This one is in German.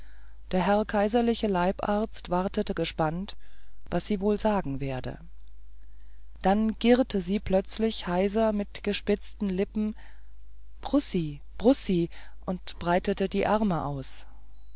der herr kaiserliche leibarzt wartete gespannt was sie wohl sagen werde dann girrte sie plötzlich heiser mit gespitzten lippen brussi brussi und breitete die arme aus